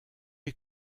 est